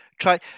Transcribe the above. try